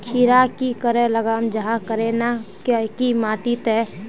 खीरा की करे लगाम जाहाँ करे ना की माटी त?